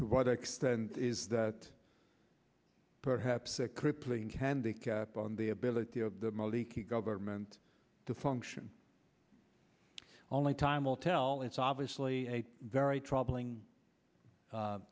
to what extent is that perhaps a crippling handicap on the ability of the mali key government to function only time will tell it's obviously a very troubling